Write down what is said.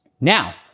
Now